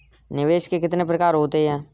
निवेश के कितने प्रकार होते हैं?